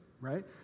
right